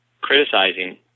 criticizing